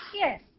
Yes